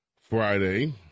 Friday